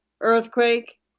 earthquake